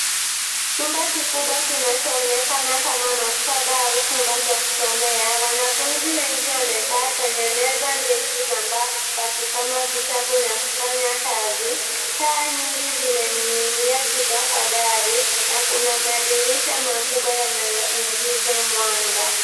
Chumba kikubwa kinachoonekana kama maktaba au chumba cha kusomea. Wanafunzi wengi wamekaa kwenye meza ndefu za mbao wakisoma vitabu na kufanya kazi. Taa nyingi zimening'inia kutoka dari na kuna madirisha makubwa yanayoingiza mwanga.